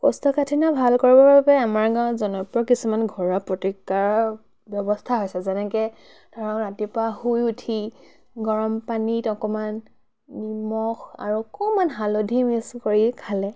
কোষ্ঠকাঠিন্য ভাল কৰিবৰ বাবে আমাৰ গাঁৱত জনপ্ৰিয় কিছুমান ঘৰুৱা প্ৰতিকাৰৰ ব্যৱস্থা আছে যেনেকৈ ধৰক ৰাতিপুৱা শুই উঠি গৰম পানীত অকণমান নিমখ আৰু অকণমান হালধি মিক্স কৰি খালে